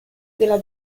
della